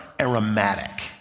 aromatic